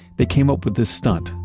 they came up with this stunt,